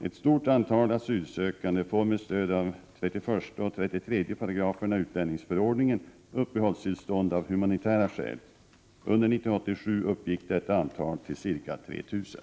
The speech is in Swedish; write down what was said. Ett stort antal asylsökande får med stöd av 31 och 33 §§ utlänningsförordningen uppehållstillstånd av humanitära skäl. Under 1987 uppgick detta antal till ca 3 000.